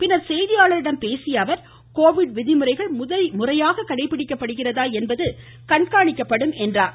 பின்னர் செய்தியாளர்களிடம் பேசிய அவர் கோவிட் விதிமுறைகள் முறையாக கடைபிடிக்கப்படுகிறதா என்பது கண்காணிக்கப்படும் என்றார்